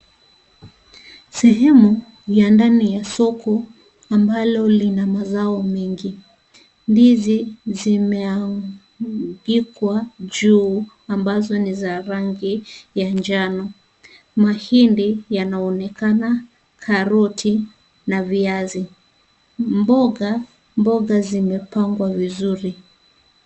Sehemu ya ndani ya soko ambalo lina mazao mengi. Ndizi zimeanikwa juu ambazo ni za rangi ya njano. Mahindi yanaonekana, karoti na viazi. Mboga zimepangwa vizuri.